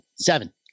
Seven